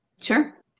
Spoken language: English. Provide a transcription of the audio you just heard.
Sure